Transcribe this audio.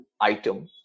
item